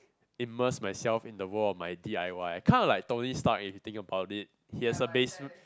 immerse myself in the world of my D_I_Y I'm kind of like Tony Stark if you think about it he has a base